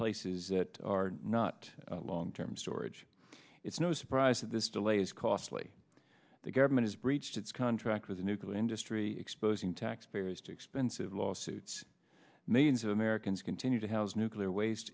places that are not long term storage it's no surprise that this delay is costly the government has breached its contract with the nuclear industry exposing taxpayers to expensive lawsuits millions of americans continue to house nuclear waste